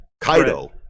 Kaido